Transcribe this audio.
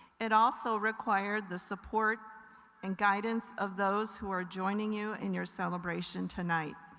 it also required the support and guidance of those who are joining you in your celebration tonight.